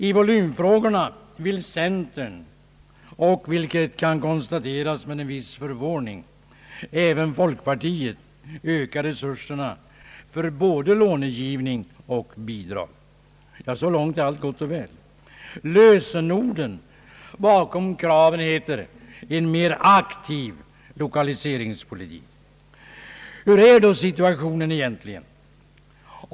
I volymfrågorna vill centern och, vilket kan konstateras med en viss förvåning, även folkpartiet öka resurserna för både långivning och bidrag. Så långt är allt gott och väl. Lösenorden bakom kravet heter: en mer aktiv lokaliseringspolitik. Hurudan är då situationen egentligen?